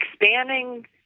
expanding